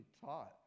taught